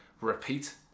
repeat